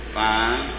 five